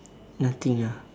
nothing ah